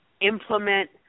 implement